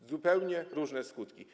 To zupełnie różne skutki.